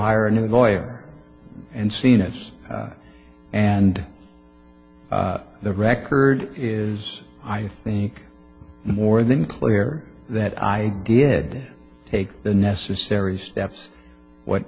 hire a nude lawyer and seen it and the record is i think more than clear that i did take the necessary steps what